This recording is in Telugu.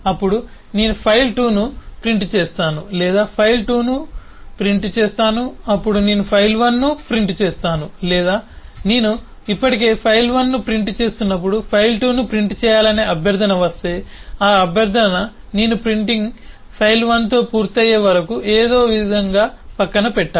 అప్పుడు నేను file2 ను ప్రింట్ చేస్తాను లేదా file2 ను ప్రింట్ చేస్తాను అప్పుడు నేను file1 ను ప్రింట్ చేస్తాను లేదా నేను ఇప్పటికే file1 ను ప్రింట్ చేస్తున్నప్పుడు file 2 ను ప్రింట్ చేయాలనే అభ్యర్థన వస్తే ఆ అభ్యర్థన నేను ప్రింటింగ్ file1 తో పూర్తయ్యే వరకు ఏదో ఒకవిధంగా పక్కన పెట్టాలి